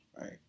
Right